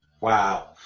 Wow